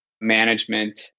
management